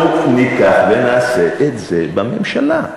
אנחנו ניקח ונעשה את זה בממשלה.